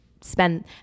spend